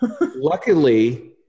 luckily